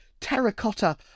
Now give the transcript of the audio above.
terracotta